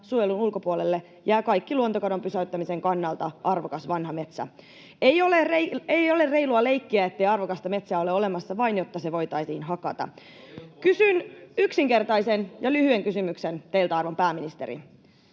suojelun ulkopuolelle jää kaikki luontokadon pysäyttämisen kannalta arvokas vanha metsä. Ei ole reilua leikkiä, ettei arvokasta metsää ole olemassa, vain jotta se voitaisiin hakata. Kysyn yksinkertaisen ja lyhyen kysymyksen teiltä, arvon pääministeri: